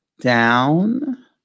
down